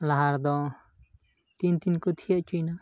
ᱞᱟᱦᱟ ᱨᱮᱫᱚ ᱛᱤᱱ ᱛᱤᱱ ᱠᱚ ᱛᱷᱤᱭᱟᱹ ᱦᱚᱪᱚᱭᱱᱟ